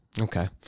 okay